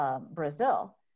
Brazil